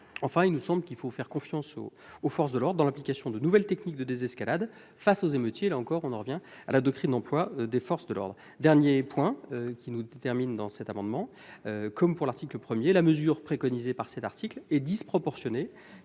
Enfin, il nous semble qu'il faut faire confiance aux forces de l'ordre dans l'application de nouvelles techniques de désescalade face aux émeutiers. Là encore, on en revient à la doctrine d'emploi des forces de l'ordre. Troisième et dernier point, comme pour l'article 1, la mesure préconisée est disproportionnée.